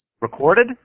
Recorded